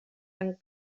amb